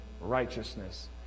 righteousness